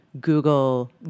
Google